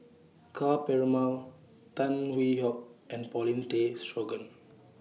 Ka Perumal Tan Hwee Hock and Paulin Tay Straughan